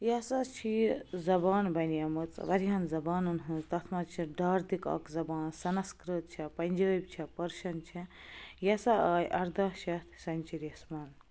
یہِ ہَسا چھِ یہِ زبان بنیمٕژ واریاہن زبانن ہٕنٛزۍ تَتھ منٛز چھِ داردِک اَکھ زبان سنسکِرٛت چھےٚ پنجٲبۍ چھےٚ پٔرشَن چھےٚ یہِ ہَسا آے ارداہ شَتھ سنچُرِیس منٛز